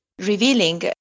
revealing